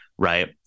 right